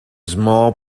small